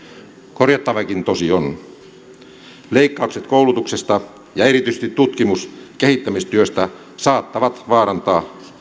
korjattavaakin toki on leikkaukset koulutuksesta ja erityisesti tutkimus ja kehittämistyöstä saattavat vaarantaa